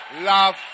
love